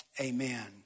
amen